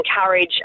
encourage